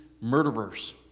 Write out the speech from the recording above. murderers